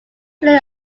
play